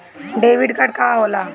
Debit card का होला?